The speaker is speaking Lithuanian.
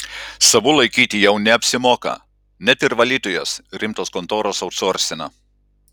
savų laikyti jau neapsimoka net ir valytojas rimtos kontoros autsorsina